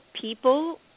people